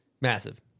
Massive